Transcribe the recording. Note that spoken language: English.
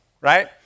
right